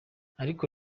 ariko